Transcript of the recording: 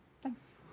Thanks